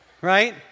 Right